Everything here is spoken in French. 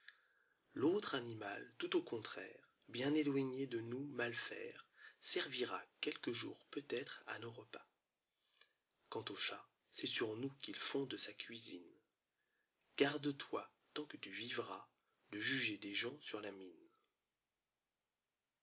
l'autre animal tout au contraire bien éloigné de nous mal faire servira quelque jour peut-être à nos repas quant au cha t c'est sur nous qu'il fonde sa cuisine garde-toi tant que tu vivras de juger des gens sur la mine